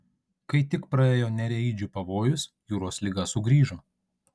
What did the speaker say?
kai tik praėjo nereidžių pavojus jūros liga sugrįžo